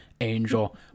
Angel